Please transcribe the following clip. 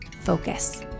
focus